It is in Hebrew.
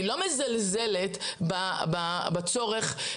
אני לא מזלזלת בצורך,